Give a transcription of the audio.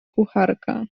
kucharka